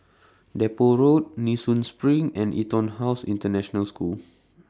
Depot Road Nee Soon SPRING and Etonhouse International School